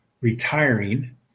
retiring